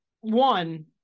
one